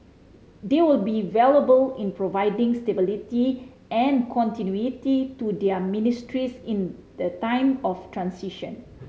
they will be valuable in providing stability and continuity to their ministries in the time of transition